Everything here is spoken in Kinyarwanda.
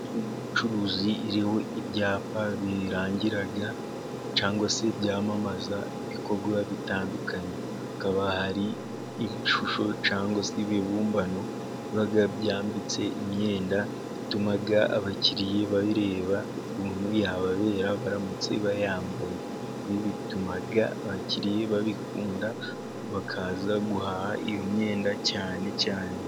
Inzu y'ubucuruzi iriho ibyapa birangira cyangwa se byamamaza ibikorwa bitandukanye. Hakaba hari ibishusho cyangwa se ibibumbano byambitse imyenda, bituma abakiriya babireba ukuntu yababera baramutse bayambaye. Bibituma abakiriya babikunda, bakaza guhaha iyo myenda cyane cyane.